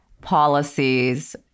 policies